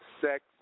sex